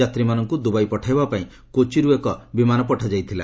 ଯାତ୍ରୀମାନଙ୍କୁ ଦୁବାଇ ପଠାଇବା ପାଇଁ କୋଚିରୁ ଏକ ବିମାନ ପଠାଯାଇଥିଲା